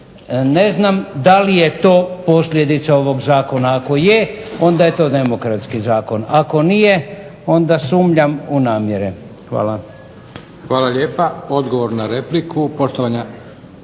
Ne znam da li je to posljedica ovog Zakona. Ako je, onda je to demokratski zakon. Ako nije, onda sumnjam u namjere. **Leko, Josip (SDP)** Hvala lijepa. Odgovor na repliku,